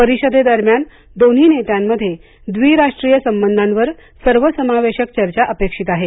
परिषदेदरम्यान दोन्ही नेत्यांमध्ये द्विराष्ट्रीय संबंधांवर सर्वसमावेशक चर्चा अपेक्षित आहे